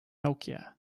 nokia